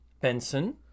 Benson